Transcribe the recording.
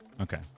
Okay